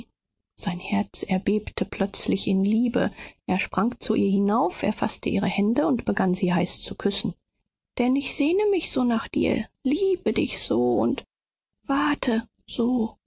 sein herz erbebte plötzlich in liebe er sprang zu ihr hinauf erfaßte ihre hände und begann sie heiß zu küssen denn ich sehne mich so nach dir liebe dich so und warte so